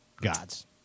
gods